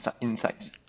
insights